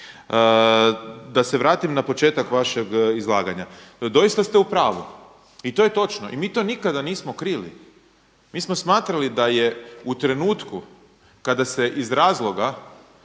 Da se vratim na početak vašeg izlaganja. Doista ste u prvu i to je točno i mi to nikada nismo krili. Mi smo smatrali da je u trenutku kada se iz razloga